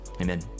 Amen